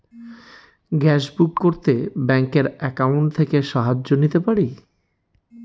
Gas book করতে ব্যাংকের account থেকে সাহায্য নিতে পারি?